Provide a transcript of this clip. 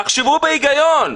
תחשבו בהיגיון.